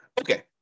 Okay